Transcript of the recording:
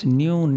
new